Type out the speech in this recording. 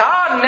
God